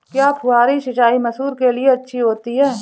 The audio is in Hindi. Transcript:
क्या फुहारी सिंचाई मसूर के लिए अच्छी होती है?